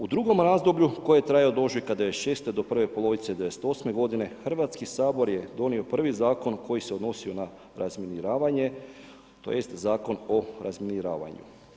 U drugom razdoblju koje traje od ožujka '96. do prve polovice '98. g., Hrvatski sabor je donio prvi zakon koji se odnosio na razminiravanje tj. Zakon o razminiravanju.